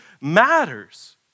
matters